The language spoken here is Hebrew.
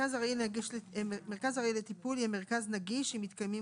מרכז ארעי נגיש לטיפול 12א. מרכז ארעי לטיפול יהיה מרכז נגיש אם מתקיימים